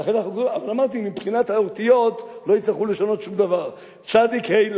אז אמרתי שמבחינת האותיות לא יצטרכו לשנות שום דבר: צד"י,